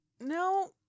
No